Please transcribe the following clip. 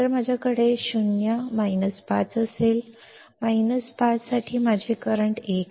तर माझ्याकडे 0 5 असेल साठी 5 माझे करंट आहे 1